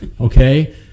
Okay